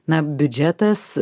na biudžetas